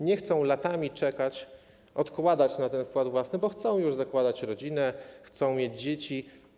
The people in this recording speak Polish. Nie chcą latami czekać, odkładać na ten wkład własny, bo chcą już zakładać rodzinę, chcą mieć dzieci.